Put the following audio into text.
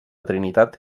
trinitat